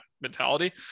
mentality